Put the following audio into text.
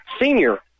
senior